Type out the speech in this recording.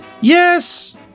Yes